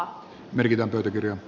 arvoisa puhemies